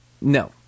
No